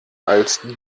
als